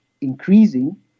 increasing